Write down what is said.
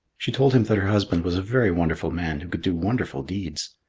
she told him that her husband was a very wonderful man who could do wonderful deeds.